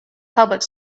public